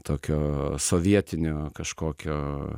tokio sovietinio kažkokio